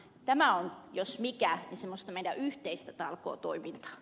tämä on jos mikä semmoista meidän yhteistä talkootoimintaa